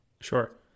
Sure